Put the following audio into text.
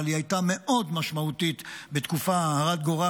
אבל היא הייתה מאוד משמעותית בתקופה הרת גורל,